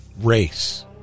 race